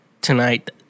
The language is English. tonight